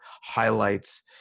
highlights